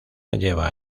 lleva